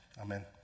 Amen